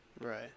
Right